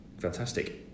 Fantastic